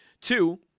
Two